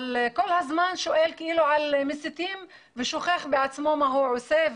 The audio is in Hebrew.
אבל כל הזמן שואל כאילו על מסיתים ושוכח בעצמו מה הוא עושה,